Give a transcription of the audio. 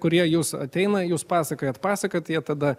kurie jus ateina jūs pasakojat pasakojat jie tada